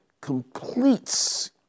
completes